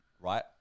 right